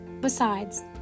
Besides